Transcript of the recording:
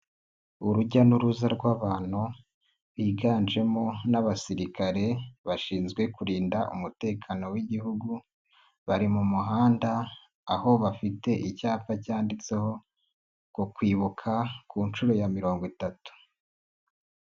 Urujya n'uruza rw'abantu biganjemo n'abasirikare bashinzwe kurinda umutekano w'igihugu bari mu muhanda aho bafite icyapa cyanditseho ku kwibuka ku nshuro ya mirongo itatu.